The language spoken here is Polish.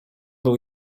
był